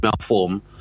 form